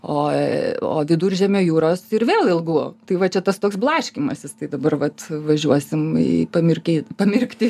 o viduržemio jūros ir vėl ilgu tai va čia tas toks blaškymasis tai dabar vat važiuosim į pamirke pamirkti